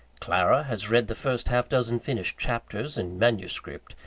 clara has read the first half-dozen finished chapters, in manuscript,